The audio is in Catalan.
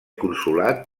consolat